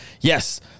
Yes